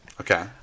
Okay